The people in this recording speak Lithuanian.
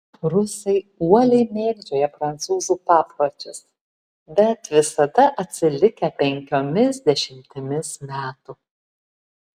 rusai uoliai mėgdžioja prancūzų papročius bet visada atsilikę penkiomis dešimtimis metų